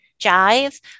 jive